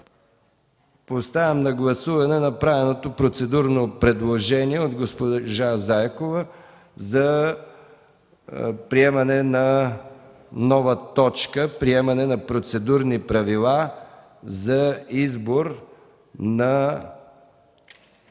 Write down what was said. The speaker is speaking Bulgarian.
Поставям на гласуване направеното процедурно предложение от госпожа Заякова за приемане на нова точка – Приемане на процедурни правила за избор на